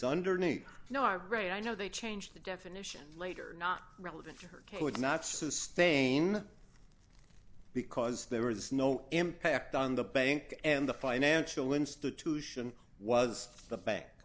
underneath you are right i know they changed the definition later not relevant her case would not sustain because there was no impact on the bank and the financial institution was the ba